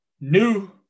new